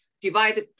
divide